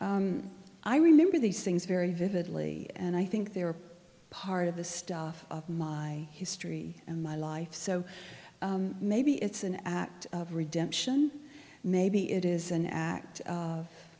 born i remember these things very vividly and i think they were part of the stuff of my history and my life so maybe it's an act of redemption maybe it is an act of